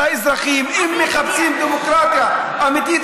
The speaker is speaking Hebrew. זו הפעם האחרונה, אוקיי?